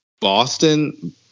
Boston